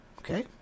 Okay